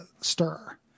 stir